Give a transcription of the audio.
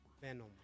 Venom